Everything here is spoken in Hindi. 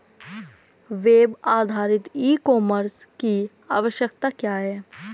वेब आधारित ई कॉमर्स की आवश्यकता क्या है?